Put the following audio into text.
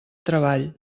treball